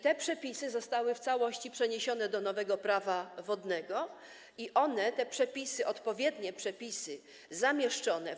Te przepisy zostały w całości przeniesione do nowego Prawa wodnego i one, te przepisy, odpowiednie przepisy zamieszczone w